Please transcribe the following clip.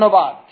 ধন্যবাদ